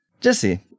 Jesse